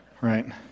right